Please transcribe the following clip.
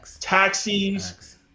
taxis